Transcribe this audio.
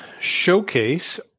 showcase